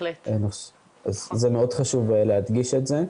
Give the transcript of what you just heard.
זה מאוד חשוב להדגיש את זה.